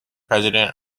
president